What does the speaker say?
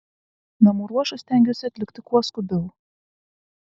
namų ruošą stengiuosi atlikti kuo skubiau